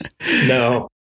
No